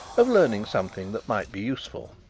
of learning something that might be useful.